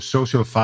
Social